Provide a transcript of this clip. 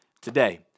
today